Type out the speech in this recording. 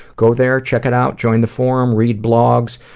go there check it out join the forum read blogs